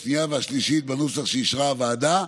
השנייה והשלישית בנוסח שאישרה הוועדה.